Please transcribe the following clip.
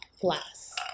glass